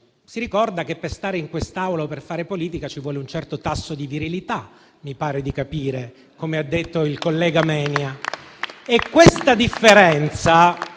si ricorda che per stare in quest'Aula o per fare politica ci vuole un certo tasso di virilità, mi pare di capire, come ha detto il collega Menia.